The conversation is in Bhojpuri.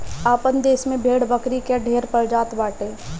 आपन देस में भेड़ बकरी कअ ढेर प्रजाति बाटे